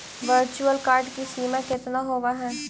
virtual card की सीमा केतना होवअ हई